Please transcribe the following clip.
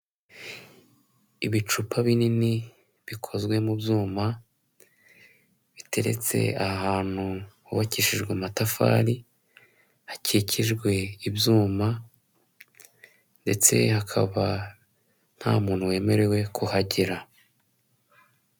Ibicupa binini bikozwe mu byuma, biteretse ahantu hubakishijwe amatafari, hakikijwe ibyuma ndetse hakaba nta muntu wemerewe kuhagera.